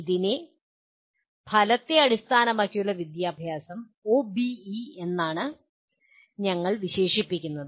ഇതിനെ ഫലത്തെ അടിസ്ഥാനമാക്കിയുള്ള വിദ്യാഭ്യാസം എന്നാണ് ഞങ്ങൾ വിശേഷിപ്പിക്കുന്നത്